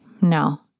No